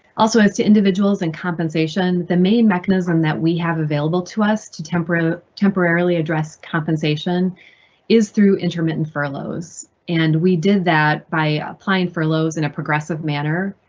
also, as to individuals and compensation, the main mechanism that we have available to us to temporarily temporarily address compensation is through intermittent furloughs. and we did that by applying for lowe's in a progressive manner,